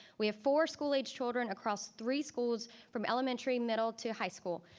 we have for school aged children across three schools from elementary, middle to high school.